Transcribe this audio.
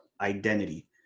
identity